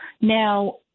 Now